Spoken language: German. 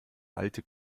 alte